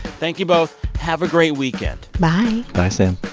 thank you both. have a great weekend bye bye, sam